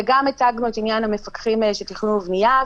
וגם הצגנו את עניין המפקחים של תכנון ובנייה.